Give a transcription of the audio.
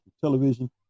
television